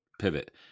pivot